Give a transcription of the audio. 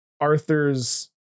Arthur's